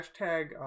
Hashtag